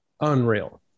unreal